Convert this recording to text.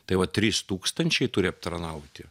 tai va trys tūkstančiai turi aptarnauti